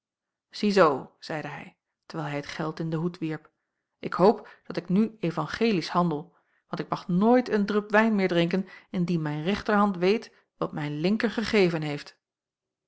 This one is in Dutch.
ziezoo zeide hij terwijl hij het geld in den hoed wierp ik hoop dat ik nu evangelisch handel want ik mag nooit een drup wijn meer drinken indien mijn rechterhand weet wat mijn linker gegeven heeft